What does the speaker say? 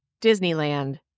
Disneyland